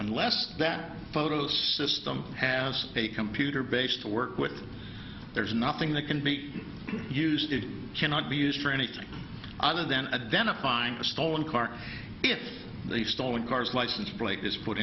unless that photo system has a computer base to work with there's nothing that can be used it cannot be used for anything other than a den a fine for stolen car if they've stolen cars license p